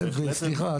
סליחה,